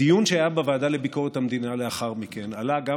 בדיון שהיה בוועדה לביקורת המדינה לאחר מכן עלה גם